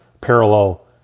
Parallel